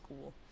cool